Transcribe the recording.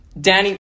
Danny